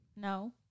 No